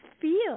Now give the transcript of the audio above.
feel